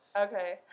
Okay